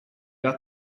got